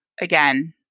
again